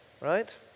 right